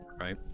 Right